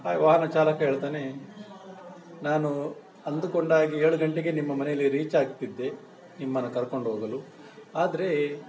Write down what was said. ಆ ವಾಹನ ಚಾಲಕ ಹೇಳ್ತಾನೆ ನಾನು ಅಂದುಕೊಂಡ ಹಾಗೆ ಏಳು ಗಂಟೆಗೆ ನಿಮ್ಮ ಮನೇಲ್ಲಿ ರೀಚಾಗ್ತಿದ್ದೆ ನಿಮ್ಮನ್ನು ಕರ್ಕೊಂಡೋಗಲು ಆದರೆ